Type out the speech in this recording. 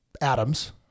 atoms